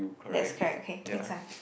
that's correct okay next one